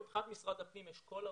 מבחינת משרד הפנים אשכול הרשויות,